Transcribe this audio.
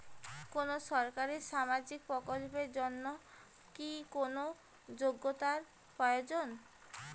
কোনো সরকারি সামাজিক প্রকল্পের জন্য কি কোনো যোগ্যতার প্রয়োজন?